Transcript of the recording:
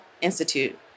Institute